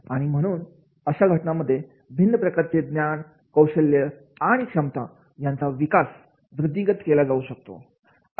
आणि म्हणून अशा घटनांमध्ये भिन्न प्रकारचे ज्ञान कौशल्य आणि क्षमता यांचा विकास वृद्धिंगत केला जाऊ शकतो